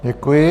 Děkuji.